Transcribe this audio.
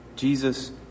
Jesus